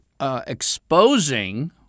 Exposing